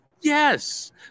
Yes